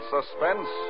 Suspense